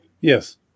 Yes